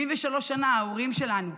73 שנה ההורים שלנו,